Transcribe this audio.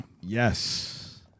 Yes